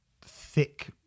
thick